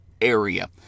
area